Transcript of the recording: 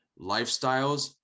lifestyles